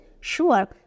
Sure